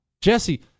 Jesse